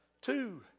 two